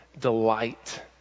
delight